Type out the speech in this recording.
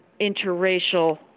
interracial